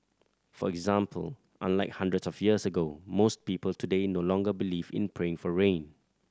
for example unlike hundreds of years ago most people today no longer believe in praying for rain